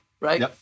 right